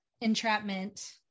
entrapment